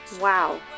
Wow